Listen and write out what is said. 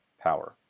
power